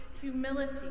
humility